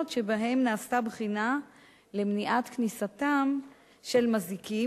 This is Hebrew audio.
שבהן נעשתה בחינה למניעת כניסתם של מזיקים,